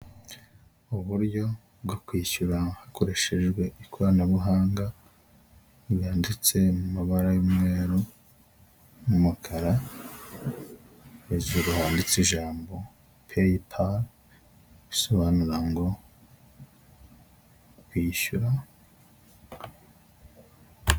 Uburyo bwo kwishyura hakoreshejwe ikoranabuhanga byanditse mu mabara y'umweru n'umukara, hejuru handitse ijambo peyipari bisobanura ngo kwishyura.